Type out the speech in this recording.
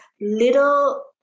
little